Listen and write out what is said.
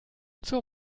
zur